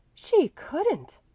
she couldn't!